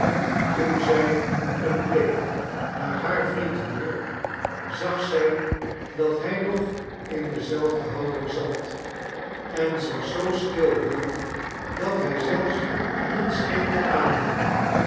toen zij een blik naar haar vriend wierp zag zij dat hij nog in dezelfde houding zat en zich zoo stil hield dat hij zelfs niet scheen te ademen